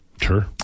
Sure